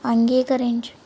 అంగీకరించు